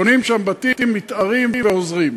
קונים שם בתים, מתערים ועוזרים.